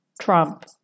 Trump